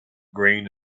green